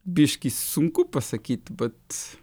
biški sunku pasakyt vat